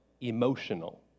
emotional